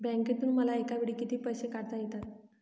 बँकेतून मला एकावेळी किती पैसे काढता येतात?